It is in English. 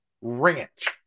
ranch